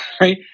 right